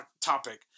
topic